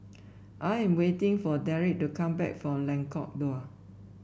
I am waiting for Derrick to come back from Lengkong Dua